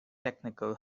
technical